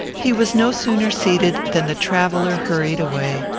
he was no sooner seated, than the traveller hurried away.